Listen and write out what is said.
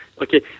Okay